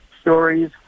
stories